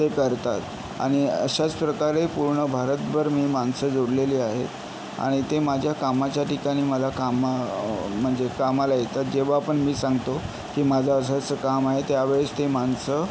ते करतात आणि अशाच प्रकारे पूर्ण भारतभर मी मासं जोडलेली आहेत आणि ते माझ्या कामाच्या ठिकाणी मला काम म्हणजे कामाला येतात जेव्हा पण मी सांगतो की माझं असं असं काम आहे त्यावेळेस ते माणसं